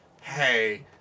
hey